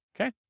Okay